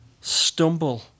stumble